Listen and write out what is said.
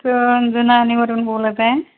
तज नानेवररून बोलत आहे